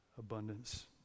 Abundance